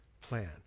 plan